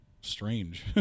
strange